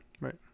Right